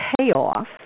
payoff